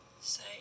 say